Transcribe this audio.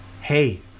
hey